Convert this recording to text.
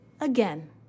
again